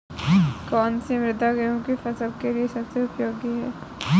कौन सी मृदा गेहूँ की फसल के लिए सबसे उपयोगी है?